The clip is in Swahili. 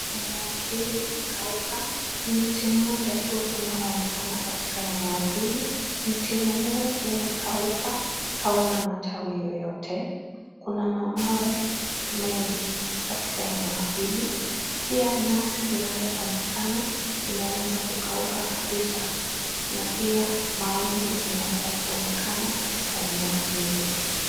Eneo hili limekauka. Ni mti mmoja tu unaonekana katika eneo hili. Mti wenyewe umekauka, hauna matawi yoyote. Kuna mawe mengi katika eneo hili. Pia nyasi inayoonekana imeweza kukauka kabisa na pia mawingu inaweza kuonekana katika eneo hili.